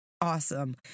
awesome